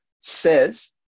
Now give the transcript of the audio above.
says